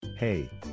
Hey